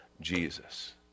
Jesus